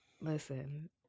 listen